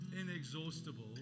inexhaustible